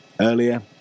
Earlier